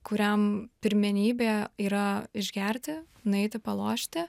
kuriam pirmenybė yra išgerti nueiti palošti